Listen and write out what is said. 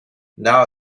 now